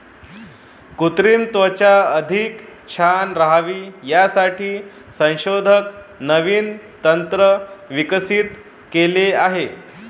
कृत्रिम त्वचा अधिक छान राहावी यासाठी संशोधक नवीन तंत्र विकसित केले आहे